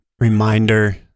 reminder